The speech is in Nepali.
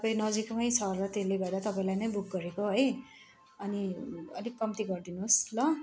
फेरि नजिकमै छ र त्यसले गर्दा तपाईँलाई नै बुक गरेको है अनि अलिक कम्ती गरिदिनुहोस् ल